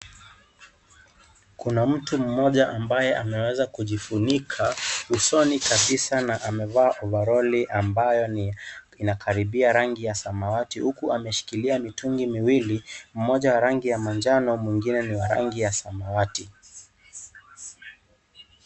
Kuna mtu mmoja ambaye ameweza kujifunika kabisa usoni na amevaa ovaroli ambayo ni inakaribia rangi ya samawati huku ameshikilia mitungi miwili, moja rangi ya manjano, mwingine ni wa rangi ya samawati.